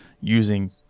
using